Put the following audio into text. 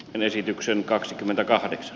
esityksen kaksikymmentäkahdeksan